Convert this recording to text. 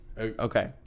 Okay